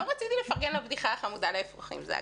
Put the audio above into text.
רצינו לפרגן לבדיחה החמודה על האפרוחים, זה הכול.